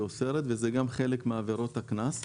היא אוסרת וזה גם חלק מעבירות הקנס.